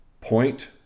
point